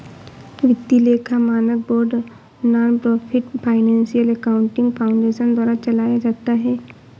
वित्तीय लेखा मानक board nonprofit financial accounting foundation द्वारा चलाया जाता है